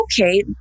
okay